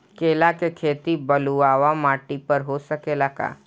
केला के खेती बलुआ माटी पर हो सकेला का?